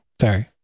sorry